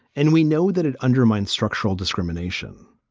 and we know that it undermines structural discrimination.